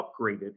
upgraded